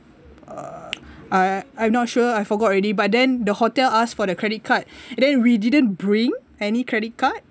uh I I'm not sure I forgot already but then the hotel ask for the credit card and then we didn't bring any credit card